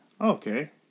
Okay